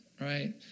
Right